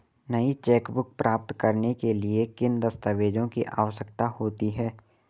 नई चेकबुक प्राप्त करने के लिए किन दस्तावेज़ों की आवश्यकता होती है?